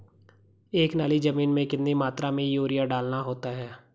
एक नाली जमीन में कितनी मात्रा में यूरिया डालना होता है?